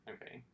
Okay